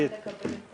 נקבל את